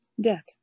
death